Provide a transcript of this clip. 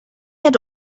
had